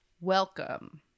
welcome